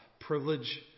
privilege